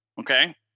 Okay